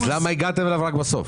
אז למה הגעתם אליו רק בסוף?